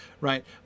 right